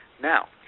now,